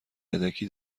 یدکی